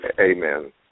Amen